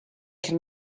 can